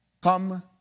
Come